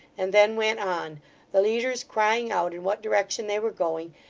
and then went on the leaders crying out in what direction they were going,